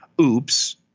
oops